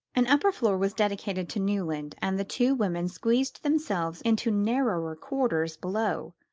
an upper floor was dedicated to newland, and the two women squeezed themselves into narrower quarters below.